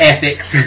Ethics